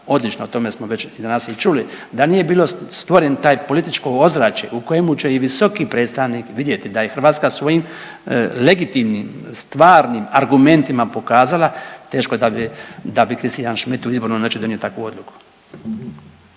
odlično, o tome smo već danas i čuli. Da nije bilo stvoren taj političko ozračje u kojemu će i visoki predstavnik vidjeti da je Hrvatska svojim legitimnim, stvarnim argumentima pokazala teško da bi Christian Schmidt u izbornoj noći donio takvu odluku.